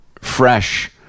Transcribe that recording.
fresh